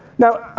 now,